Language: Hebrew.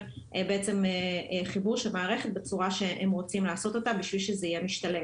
בעצם חיבור של מערכת בצורה שהם רוצים לעשות אותה בשביל שזה יהיה משתלם.